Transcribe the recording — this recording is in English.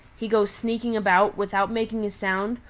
he goes sneaking about, without making a sound,